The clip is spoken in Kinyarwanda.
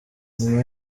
nyuma